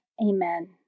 Amen